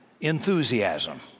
Enthusiasm